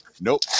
Nope